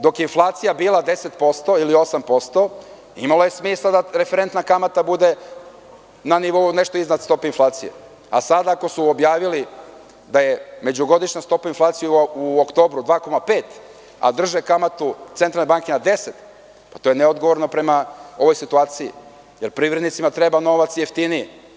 Dok je inflacija bila 10% ili 8% imalo je smisla da referentna kamata bude na nivou nešto iznad stope inflacije, a sada, ako su objavili da je godišnja stopa inflacije u oktobru mesecu 2,5%, a Centralne banke drže na 10%, to je neodgovorno prema ovoj situaciji, jer privrednicima treba novac jeftinije.